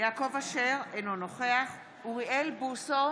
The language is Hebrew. יעקב אשר, אינו נוכח אוריאל בוסו,